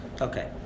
Okay